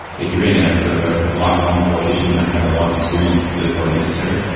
if you're being a sort of ah lifelong politician, you don't have the life experience that's probably necessary.